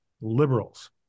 liberals